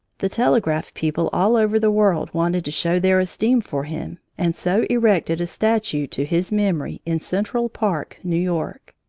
the telegraph people all over the world wanted to show their esteem for him and so erected a statue to his memory in central park, new york.